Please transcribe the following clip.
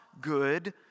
good